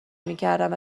میکردند